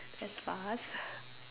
that's fast